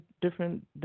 different